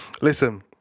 Listen